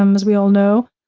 um as we all know.